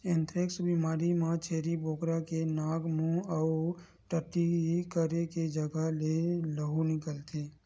anthrax बेमारी म छेरी बोकरा के नाक, मूंह अउ टट्टी करे के जघा ले लहू निकलथे